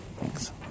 Thanks